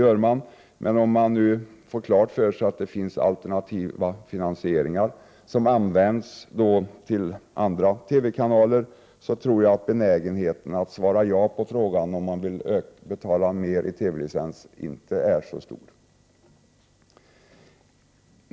Men om svenska folket nu får klart för sig att det finns alternativa finansieringar som utnyttjas för andra TV-kanaler, tror jag att benägenheten att svara ja på ställda fråga inte är så stor.